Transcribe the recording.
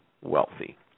wealthy